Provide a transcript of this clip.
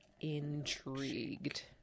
intrigued